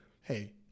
hey